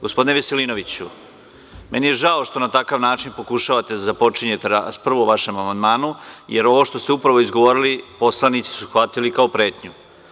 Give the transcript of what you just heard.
Gospodine Veselinoviću, meni je žao što na takav način pokušavate da započinjete raspravu u prvom vašem amandmanu, jer ovo što ste upravo izgovorili poslanici su shvatili kao pretnju.